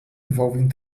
involving